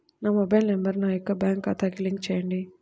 నా mobile number నా యొక్క బ్యాంక్ ఖాతాకి లింక్ చేయండీ?